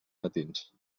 matins